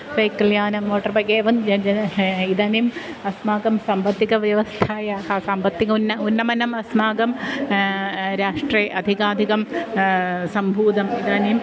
cycle यानं motor bike एवं जनः जनाः इदानीम् अस्माकं साम्पत्तिकव्यवस्थायाः साम्पत्तिकम् उन्नतम् उन्नमनम् अस्माकं राष्ट्रे अधिकाधिकं सम्भूतम् इदानीम्